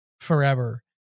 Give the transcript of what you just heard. forever